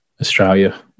Australia